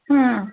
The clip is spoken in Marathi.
हां